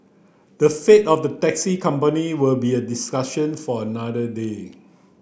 the fate of the taxi company will be a discussion for another day